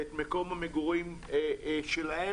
את מקום המגורים שלהן.